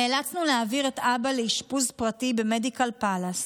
נאלצנו להעביר את אבא לאשפוז פרטי במדיקל פאלאס,